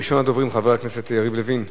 ראשון הדוברים, חבר הכנסת יריב לוין,